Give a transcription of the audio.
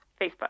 Facebook